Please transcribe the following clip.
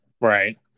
right